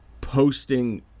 posting